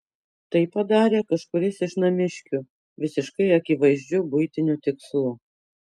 tai padarė kažkuris iš namiškių visiškai akivaizdžiu buitiniu tikslu